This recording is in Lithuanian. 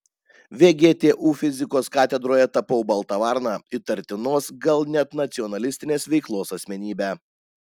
vgtu fizikos katedroje tapau balta varna įtartinos gal net nacionalistinės veiklos asmenybe